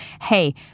hey